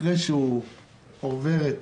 אחרי שהוא עובר את